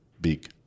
big